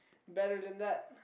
better than that